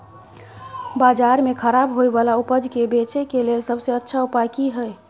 बाजार में खराब होय वाला उपज के बेचय के लेल सबसे अच्छा उपाय की हय?